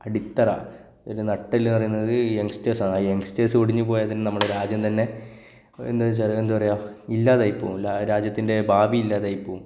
അടിത്തറ ഒരു നട്ടെല്ലെന്നു പറയുന്നത് ഈ യങ്ങ്സ്റ്റര്സാണ് ആ യങ്ങ്സ്റ്റര്സ് ഒടിഞ്ഞു പോയാല് തന്നെ നമ്മുടെ രാജ്യം തന്നെ എന്താന്നു വെച്ചാൽ എന്ത് പറയുക ഇല്ലാതായി പോകും ആ ഒരു രാജ്യത്തിന്റെ ഭാവിയില്ലാതായി പോകും